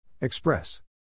Express